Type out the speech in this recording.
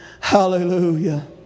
Hallelujah